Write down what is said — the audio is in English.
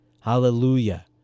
Hallelujah